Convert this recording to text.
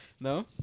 No